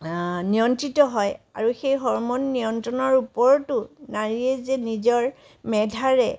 নিয়ন্ত্ৰিত হয় আৰু সেই হৰ্মন নিয়ন্ত্ৰণৰ ওপৰতো নাৰীয়ে যে নিজৰ মেধাৰে